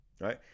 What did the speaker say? right